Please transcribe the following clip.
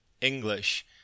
English